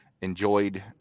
enjoyed